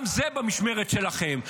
גם זה במשמרת שלכם.